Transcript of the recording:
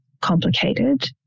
complicated